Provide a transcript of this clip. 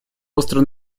остро